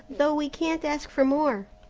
though we can't ask for more.